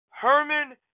Herman